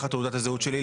תחת תעודת הזהות שלי,